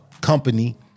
company